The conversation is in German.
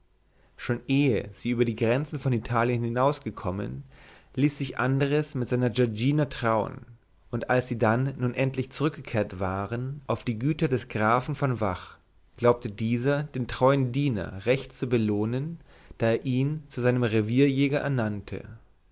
schon ehe sie über die grenzen von italien hinausgekommen ließ sich andres mit seiner giorgina trauen und als sie dann nun endlich zurückgekehrt waren auf die güter des grafen von vach glaubte dieser den treuen diener recht zu belohnen da er ihn zu seinem revierjäger ernannte